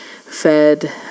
fed